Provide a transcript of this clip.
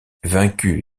vaincu